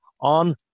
on